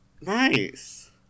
Nice